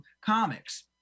comics